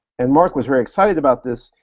and marc was very excited about this,